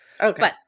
Okay